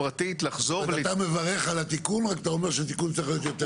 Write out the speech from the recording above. --- אתה מברך על התיקון או אתה אומר שהתיקון צריך להיות יותר?